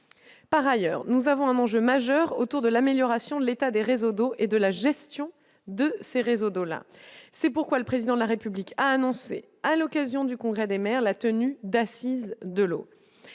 par ailleurs, nous avons un enjeu majeur autour de l'amélioration de l'état des réseaux d'eau et de la gestion de ces réseaux d'là, c'est pourquoi le président de la République a annoncé à l'occasion du congrès des maires, la tenue d'Assises de l'eau,